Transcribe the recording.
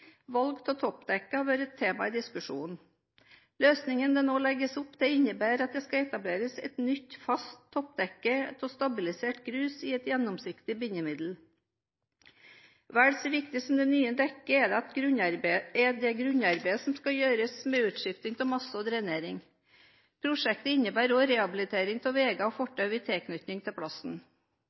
Valg av toppdekke har vært et tema i diskusjonen. Løsningen det nå legges opp til, innebærer at det skal etableres et nytt fast toppdekke av stabilisert grus i et gjennomsiktig bindemiddel. Vel så viktig som det nye dekket er det grunnarbeidet som skal gjøres, med utskifting av masse og drenering. Prosjektet innebærer også rehabilitering av veier og fortau i tilknytning til